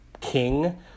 king